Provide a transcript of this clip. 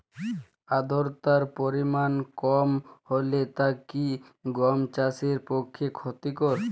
আর্দতার পরিমাণ কম হলে তা কি গম চাষের পক্ষে ক্ষতিকর?